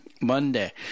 Monday